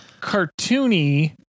cartoony